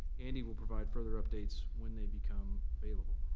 andy will provide further updates when they become available.